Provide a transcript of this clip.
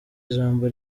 ijambo